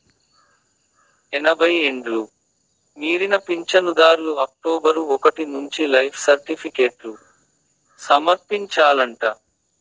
ఎనభై ఎండ్లు మీరిన పించనుదార్లు అక్టోబరు ఒకటి నుంచి లైఫ్ సర్టిఫికేట్లు సమర్పించాలంట